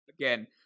again